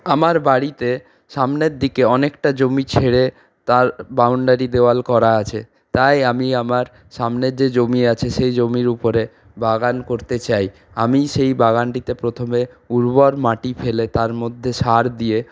আমার বাড়িতে সামনের দিকে অনেকটা জমি ছেড়ে তার বাউন্ডারি দেওয়াল করা আছে তাই আমি আমার সামনের যে জমি আছে সেই জমির উপরে বাগান করতে চাই আমি সেই বাগানটিতে প্রথমে উর্বর মাটি ফেলে তার মধ্যে সার দিয়ে